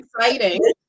exciting